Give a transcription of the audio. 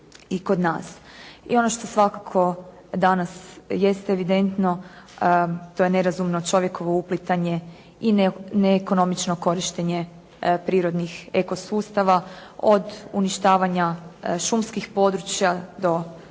I ono što svakako danas jest evidentno to je nerazumno čovjekovo uplitanje i neekonomično korištenje prirodnih ekosustava od uništavanja šumskih područja do požara